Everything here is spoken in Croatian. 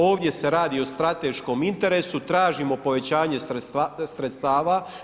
Ovdje se radi o strateškom interesu, tražimo povećanje sredstava.